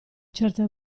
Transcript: certe